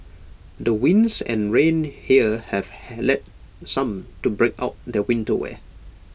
the winds and rain here have had led some to break out their winter wear